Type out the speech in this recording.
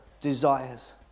desires